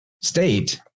state